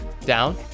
down